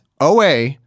OA